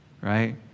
Right